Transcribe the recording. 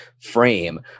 frame